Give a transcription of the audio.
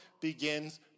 begins